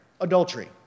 Adultery